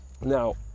Now